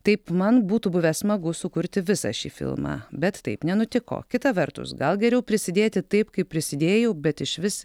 taip man būtų buvę smagu sukurti visą šį filmą bet taip nenutiko kita vertus gal geriau prisidėti taip kaip prisidėjau bet išvis